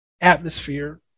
atmosphere